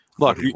Look